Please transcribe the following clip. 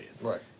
right